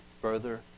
further